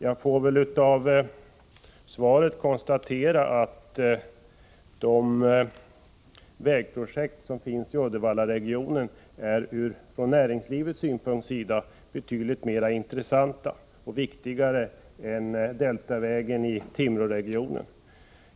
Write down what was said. Jag får väl med Jämilandslän anledning av svaret konstatera att de vägprojekt som är aktuella i Uddevallaregionen är betydligt mera intressanta och viktiga från näringslivets synpunkt än Deltavägen i Timråregionen.